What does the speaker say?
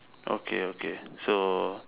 okay okay so